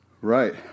Right